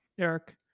Eric